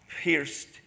pierced